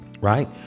right